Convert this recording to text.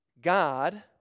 God